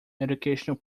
educational